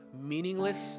meaningless